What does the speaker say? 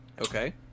Okay